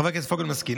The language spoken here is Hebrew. חבר הכנסת פוגל מסכים.